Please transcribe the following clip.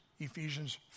Ephesians